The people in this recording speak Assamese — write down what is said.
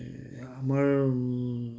আমাৰ